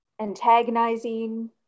Antagonizing